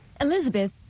elizabeth